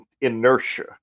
inertia